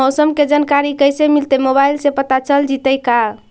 मौसम के जानकारी कैसे मिलतै मोबाईल से पता चल जितै का?